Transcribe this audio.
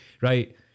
right